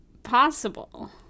possible